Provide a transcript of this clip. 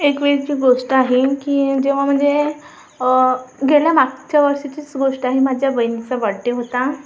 एक वेळची गोष्ट आहे की जेव्हा म्हणजे गेल्या मागच्या वर्षीचीच गोष्ट आहे माझ्या बहिणीचा बड्डे होता